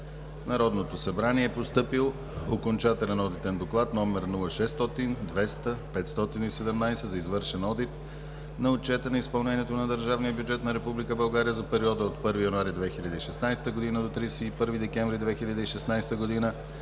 Народното събрание е постъпил Окончателен одитен доклад № 0600200517 за извършен одит на Отчета за изпълнението на държавния бюджет на Република България за периода от 1 януари 2016 г. до 31 декември 2016 г.